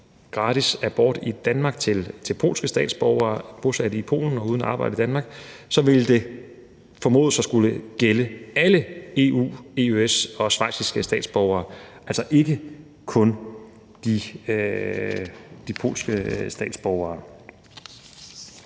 gratis abort i Danmark til polske statsborgere bosat i Polen og uden arbejde i Danmark, så ville skulle gælde alle EU-statsborgere, EØS-statsborgere og schweiziske statsborgere, altså ikke kun de polske statsborgere.